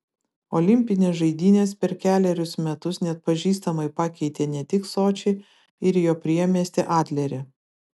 olimpinės žaidynės per kelerius metus neatpažįstamai pakeitė ne tik sočį ir jo priemiestį adlerį